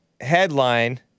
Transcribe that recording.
headline